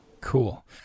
Cool